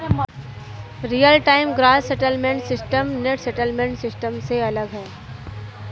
real time gross settlement system net settlement system से अलग है